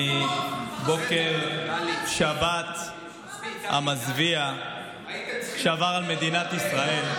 מבוקר שבת המזוויע שעבר על מדינת ישראל.